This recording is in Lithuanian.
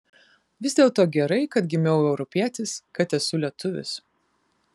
vis dėlto gerai kad gimiau europietis kad esu lietuvis